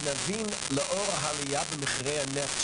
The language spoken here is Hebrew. משרד הבריאות הלאל חליאה רפרנט אנרגיה באגף התקציבים,